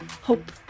hope